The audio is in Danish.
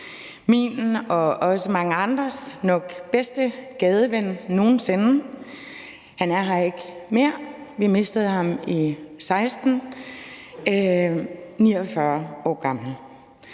min og også mange andres nok bedste gadeven nogen sinde. Han er her ikke mere; vi mistede ham i 2016 49 år gammel.